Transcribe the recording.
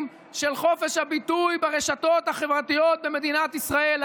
של חופש הביטוי ברשתות החברתיות במדינת ישראל.